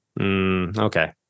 Okay